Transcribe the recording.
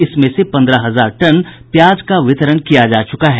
इसमें से पन्द्रह हजार टन प्याज का वितरण किया जा चुका है